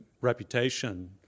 reputation